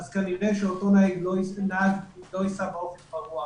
כנראה שאותו נהג לא ייסע באופן פרוע,